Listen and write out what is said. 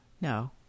no